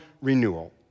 renewal